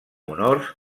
honors